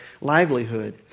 livelihood